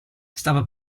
stava